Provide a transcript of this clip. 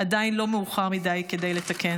עדיין לא מאוחר מדי לתקן.